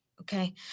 okay